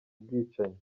bwicanyi